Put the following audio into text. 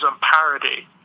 parody